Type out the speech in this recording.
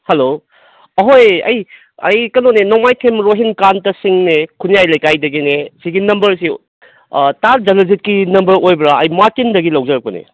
hello ꯑꯩꯍꯣꯏ ꯑꯩ ꯑꯩ ꯀꯩꯅꯣꯅꯦ ꯅꯣꯡꯃꯥꯏꯊꯦꯝ ꯔꯣꯍꯤꯟꯀꯥꯟꯇ ꯁꯤꯡꯅꯦ ꯈꯨꯟꯌꯥꯏ ꯂꯩꯀꯥꯏꯗꯒꯤꯅꯦ ꯁꯤꯒꯤ ꯅꯝꯕꯔꯁꯤ ꯇꯥ ꯖꯜꯂꯖꯤꯠꯀꯤ ꯅꯝꯕꯔ ꯑꯣꯏꯕ꯭ꯔꯥ ꯑꯩ ꯃꯥꯔꯇꯤꯟꯗꯒꯤ ꯂꯧꯖꯔꯛꯄꯅꯦ